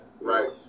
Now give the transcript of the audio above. Right